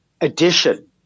addition